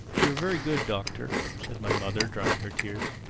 you are very good, doctor, said my mother, drying her tears.